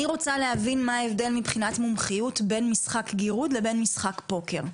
אני רוצה להבין מה ההבדל מבחינת מומחיות בין משחק גירוד לבין משחק פוקר.